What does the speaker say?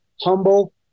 humble